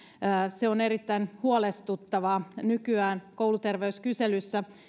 se on erittäin huolestuttavaa nykyään kouluterveyskyselyssä